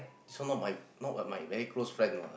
this one not my not my very close friend what